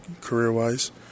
career-wise